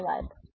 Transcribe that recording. धन्यवाद